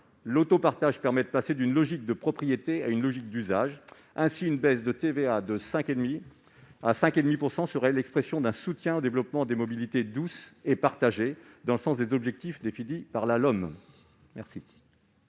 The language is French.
L'autopartage permet de passer d'une logique de propriété à une logique d'usage. Ainsi, une baisse de TVA à 5,5 % serait l'expression d'un soutien au développement des mobilités douces et partagées, dans le sens des objectifs définis par la loi